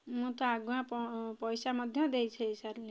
ମୁଁ ତ ଆଗୁଆ ପଇସା ମଧ୍ୟ ଦେଇ ସାରିଲିଣି